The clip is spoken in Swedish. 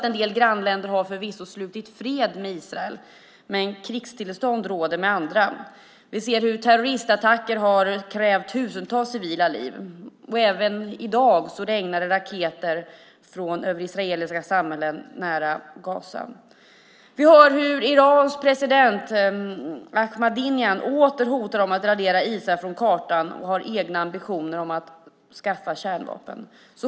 En del grannländer har förvisso slutit fred med Israel, men krigstillstånd råder med andra. Vi ser hur terroristattacker krävt tusentals civila liv, och också i dag regnar det raketer över israeliska samhällen nära Gaza. Vi hör hur Irans president Ahmadinejad åter hotar att radera Israel från kartan och har egna ambitioner att skaffa kärnvapen.